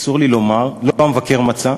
אסור לי לומר, לא המבקר מצא,